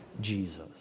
Jesus